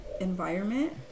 environment